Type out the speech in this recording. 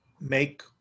make